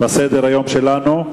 בסדר-היום שלנו: